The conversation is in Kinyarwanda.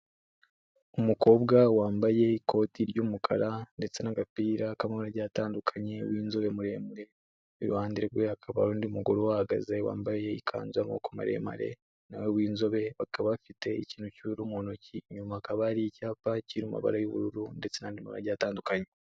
Umukobwa wambaye ikoti ry'umukara ndetse n'agapira k'amarage atandukanye w'inzobe muremure, iruhande rwe hakaba undi mugore uhagaze wambaye ikanzu y'amaboko maremare nawe w'inzobe, bakaba bafite ikintu cy'ubururu mu ntoki, inyuma hakaba hari icyapa kiri amabara y'ubururu ndetse n'andi mabara agiye atandukanye.